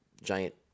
giant